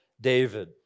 David